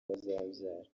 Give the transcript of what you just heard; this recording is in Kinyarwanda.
bazabyara